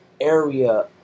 area